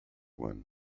when